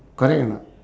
correct or not